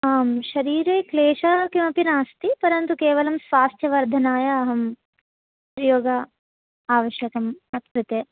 आं शरीरे क्लेषः किमपि नास्ति परन्तु केवलं स्वास्थ्यवर्धनाय अहं योगः आवश्यकं मत्कृते